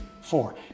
four